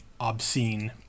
obscene